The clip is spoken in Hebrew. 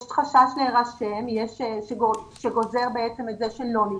יש חשש להירשם שגוזר את זה שלא נרשמים.